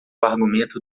argumento